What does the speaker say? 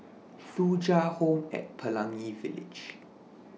Thuja Home At Pelangi Village